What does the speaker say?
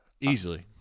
easily